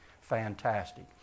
fantastic